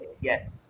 Yes